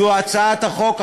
זו הצעת החוק,